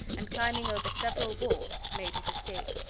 and climbing over several walls made his escape.